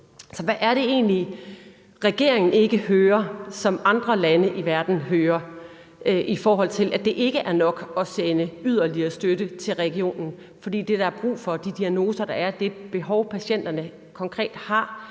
hvad er det egentlig, regeringen ikke hører, som andre lande i verden hører, altså at det ikke er nok i forhold til at sende yderligere støtte til regionen? For det er der brug for, og de diagnoser, der er, og det behov, patienterne konkret har,